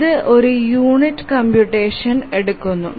ഇതു ഒരു unit computation എടുക്കുന്നു